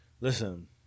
listen